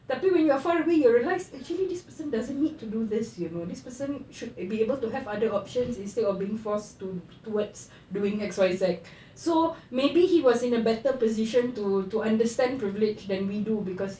tapi when you are far away you realised actually this person doesn't need to do this you know this person should be able to have other options instead of being forced to towards doing X Y Z so maybe he was in the better position to to understand privilege than we do cause he's